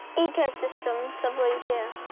ecosystems of louisiana.